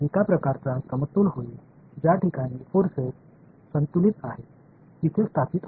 எனவே இதனால்தான் N 5 க்கு சமம் மேலும் n க்கு 20 க்கு சமமாக சென்றபோது என்ன நடந்தது